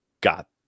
got